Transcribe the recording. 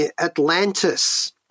Atlantis